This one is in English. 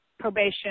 probation